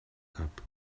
cap